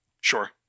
Sure